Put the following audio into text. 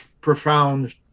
profound